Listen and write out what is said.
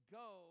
go